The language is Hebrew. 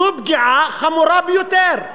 זו פגיעה חמורה ביותר.